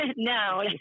No